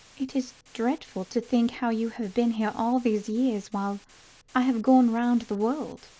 it is dreadful to think how you have been here all these years while i have gone round the world.